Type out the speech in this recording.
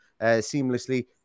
seamlessly